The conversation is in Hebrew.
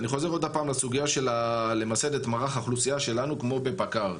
אני חוזר עוד פעם לסוגיה של למסד את מערך האוכלוסייה שלנו כמו בפק"ר.